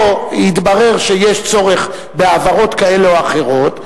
או התברר שיש צורך בהעברות כאלה או אחרות,